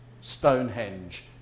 Stonehenge